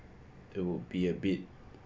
it would be a bit